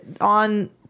on